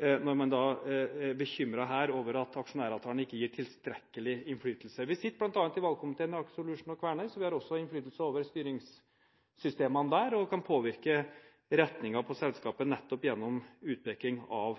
når man her er bekymret over at aksjonæravtalen ikke gir tilstrekkelig innflytelse. Vi sitter bl.a. i valgkomiteen i Aker Solutions og Kværner, så vi har også innflytelse over styringssystemene der og kan påvirke retningen på selskapet gjennom utpeking av